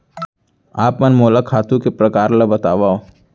आप मन मोला खातू के प्रकार ल बतावव?